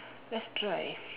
let's try